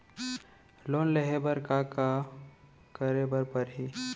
Loan लेहे बर का का का करे बर परहि?